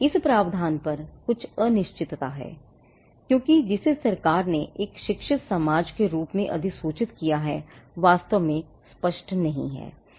इस प्रावधान पर कुछ अनिश्चितता है क्योंकि जिसे सरकार ने एक शिक्षित समाज के रूप में अधिसूचित किया है वास्तव में स्पष्ट नहीं है